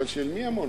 אבל של מי המונופול?